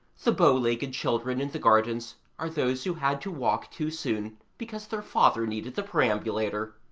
the bow-legged children in the gardens are those who had to walk too soon because their father needed the perambulator.